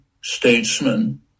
statesman